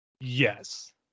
Yes